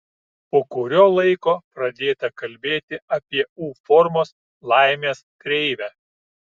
po kurio laiko pradėta kalbėti apie u formos laimės kreivę